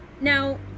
now